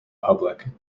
public